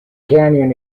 canyon